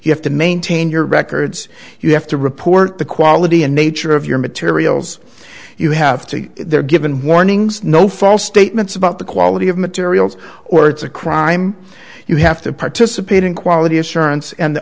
you have to maintain your records you have to report the quality and nature of your materials you have to they're given warnings no false statements about the quality of materials or it's a crime you have to participate in quality assurance and